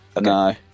No